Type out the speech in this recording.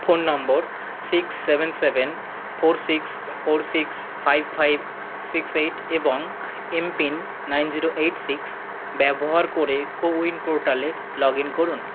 phone number six seven seven four six four six five five six eight এবং MPIN nine zero eight six ব্যবহার করে CoWIN পোর্টালে log in করুন